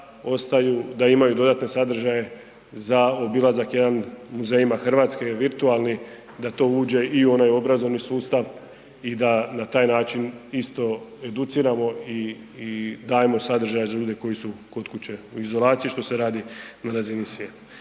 ostaju, da imaju dodatne sadržaje za obilazak jedan muzejima RH il virtualni, da to uđe i u onaj obrazovni sustav i da na taj način isto educiramo i, i dajemo sadržaje za ljude koji su kod kuće u izolaciji, što se radi na razini svijeta.